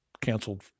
canceled